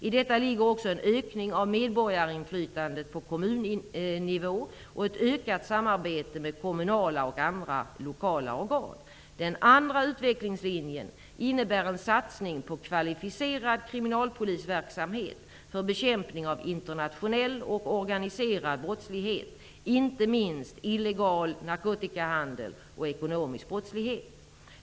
I detta ligger också en ökning av medborgarinflytandet på kommunnivå och ett ökat samarbete med kommunala och andra lokala organ. Den andra utvecklingslinjen innebär en satsning på kvalificerad kriminalpolisverksamhet för bekämpning av internationell och organiserad brottslighet, inte minst illegal narkotikahandel och ekonomisk brottslighet.